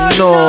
no